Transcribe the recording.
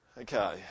Okay